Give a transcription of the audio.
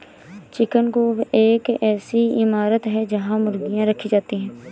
chicken coop एक ऐसी इमारत है जहां मुर्गियां रखी जाती हैं